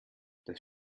das